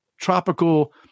tropical